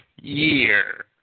year